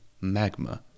magma